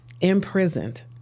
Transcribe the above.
Imprisoned